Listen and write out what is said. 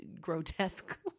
grotesque